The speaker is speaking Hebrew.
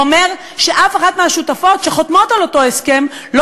אומר שאף אחת מהשותפות שחותמות על אותו הסכם לא